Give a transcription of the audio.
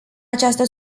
această